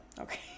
Okay